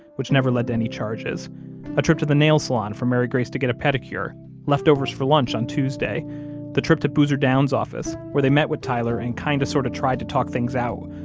which never led to any charges a trip to the nail salon for mary grace to get a pedicure leftovers for lunch on tuesday the trip to boozer down's office, where they met with tyler and kind of sort of tried to talk things out,